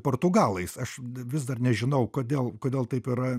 portugalais aš vis dar nežinau kodėl kodėl taip yra